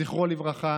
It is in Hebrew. זכרו לברכה,